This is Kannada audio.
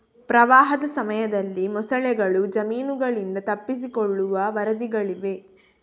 ಪ್ರವಾಹದ ಸಮಯದಲ್ಲಿ ಮೊಸಳೆಗಳು ಜಮೀನುಗಳಿಂದ ತಪ್ಪಿಸಿಕೊಳ್ಳುವ ವರದಿಗಳಿವೆ